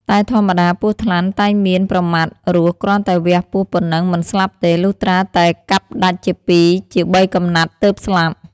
តែធម្មតាពស់ថ្លាន់តែងមានប្រមាត់រស់គ្រាន់តែវះពោះប៉ុណ្ណឹង មិនស្លាប់ទេ លុះត្រាតែកាប់ដាច់ជាពីរជាបីកំណាត់ទើបស្លាប់